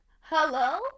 Hello